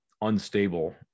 unstable